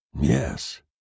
Yes